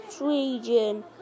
region